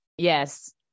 Yes